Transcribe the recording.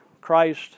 Christ